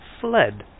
fled